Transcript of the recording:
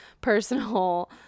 personal